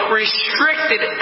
restricted